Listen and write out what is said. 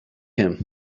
him